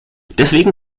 deswegen